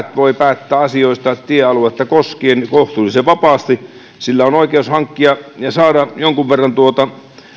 voi päättää asioista tiealuetta koskien kohtuullisen vapaasti sillä on oikeus hankkia ja saada jonkun verran